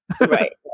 Right